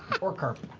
orcarp.